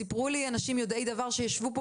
סיפרו לי אנשים יודעי דבר שישבו פה